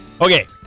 Okay